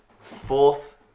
Fourth